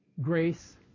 grace